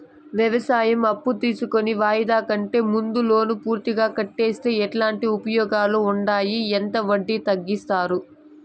వ్యవసాయం అప్పు తీసుకొని వాయిదా కంటే ముందే లోను పూర్తిగా కట్టేస్తే ఎట్లాంటి ఉపయోగాలు ఉండాయి? ఎంత వడ్డీ తగ్గిస్తారు?